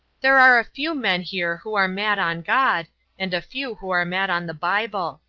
there are a few men here who are mad on god and a few who are mad on the bible.